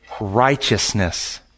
righteousness